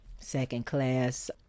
second-class